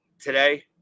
Today